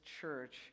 church